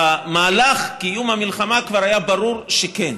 במהלך המלחמה כבר היה ברור שכן,